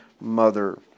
mother